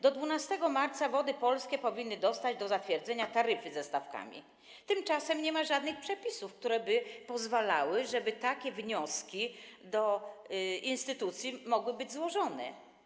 Do 12 marca Wody Polskie powinny dostać do zatwierdzenia taryfy ze stawkami, tymczasem nie ma żadnych przepisów, które by pozwalały na to, żeby takie wnioski do instytucji mogły być złożone.